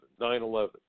9-11